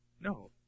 No